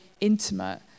intimate